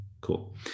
cool